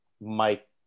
Mike